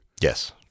Yes